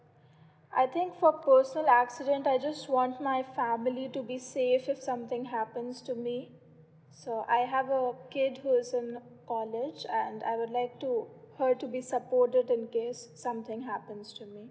I think for personal accident I just want my family to be safe if something happens to me so I have a kid who's in college and I would like to her to be supported in case something happens to me